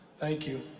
thank you.